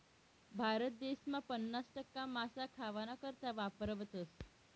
भारत देसमा पन्नास टक्का मासा खावाना करता वापरावतस